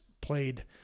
played